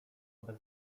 bez